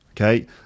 Okay